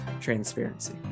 transparency